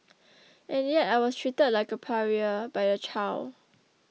and yet I was treated like a pariah by a child